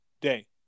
day